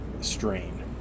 strain